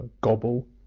gobble